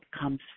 comes